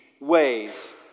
ways